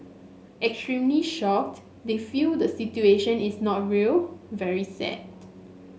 extremely shocked they feel the situation is not real very sad